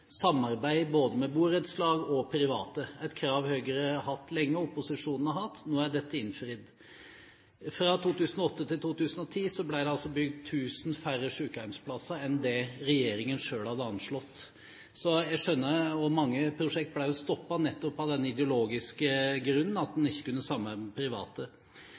samarbeid både med borettslag og private – et krav Høyre og opposisjonen har hatt lenge. Nå er dette innfridd. Fra 2008 til 2010 ble det altså bygget 1 000 færre sykehjemsplasser enn det regjeringen selv hadde anslått. Og mange prosjekter ble stoppet nettopp av den ideologiske grunnen at man ikke kunne samarbeide med private.